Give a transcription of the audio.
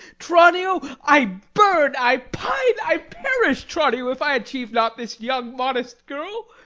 tranio, i burn, i pine, i perish, tranio, if i achieve not this young modest girl.